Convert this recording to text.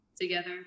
together